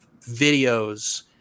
videos